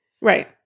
right